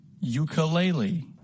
Ukulele